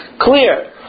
Clear